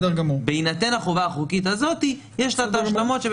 בהינתן החובה החוקית הזאת, יש לה את ההשלמות.